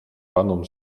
panom